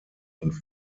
und